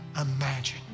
imagine